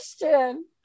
question